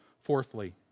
Fourthly